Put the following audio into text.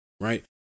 Right